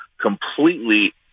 completely